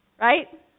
right